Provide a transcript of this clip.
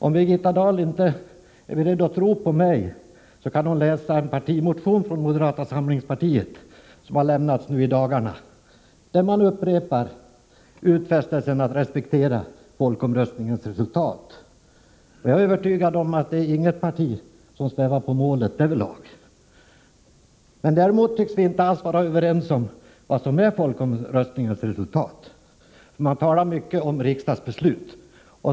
Om Birgitta Dahl inte vill tro på mig, kan hon läsa en partimotion från moderata samlingspartiet, som har lämnats in i dagarna och där man upprepar utfästelsen att respektera folkomröstningens resultat. Jag är övertygad om att inget parti svävar på målet därvidlag. Däremot tycks vi inte alls vara överens om vad som är folkomröstningens resultat. Man talar mycket om riksdagsbeslut.